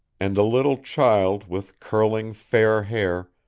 and a little child with curling fair hair,